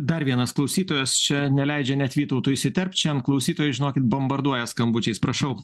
dar vienas klausytojas čia neleidžia net vytautui įsiterpt šian klausytojai žinokit bombarduoja skambučiais prašau